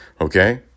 Okay